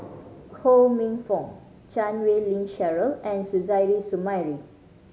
Ho Minfong Chan Wei Ling Cheryl and Suzairhe Sumari